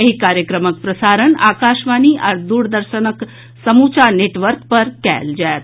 एहि कार्यक्रमक प्रसारण आकाशवाणी आ द्रदर्शनक संपूर्ण नेटवर्क पर कयल जायत